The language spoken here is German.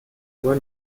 uhr